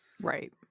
Right